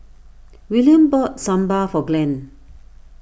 Willaim bought Sambar for Glenn